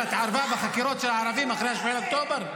מיארה התערבה בחקירות של ערבים אחרי 7 באוקטובר?